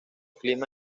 clima